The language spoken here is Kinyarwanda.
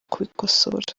kubikosora